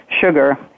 sugar